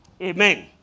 Amen